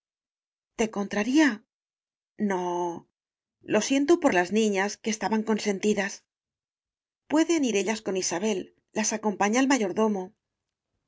te contraría no lo siento por las niñas que esta ban consentidas pueden ir ellas con isabel las acom paña el mayordomo